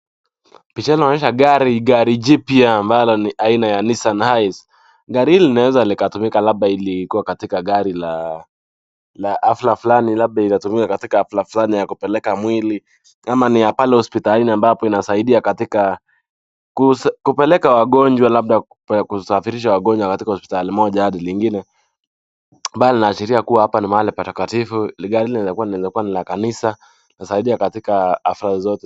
Gari jipya ambalo ni aina la Nissan Hiace ambalo linaweza tumika kwa hafla fulani kama ya kupeleka mwili, pale hospitalini kusaidia kupeleka ama kusafirisha wagonjwa kutoka hospitali moja hadi lingine mbali inaashiria hapa ni mahali pa takatifu hili gari linaweza kuwa ni la kanisa lisaidie katika hafla zote.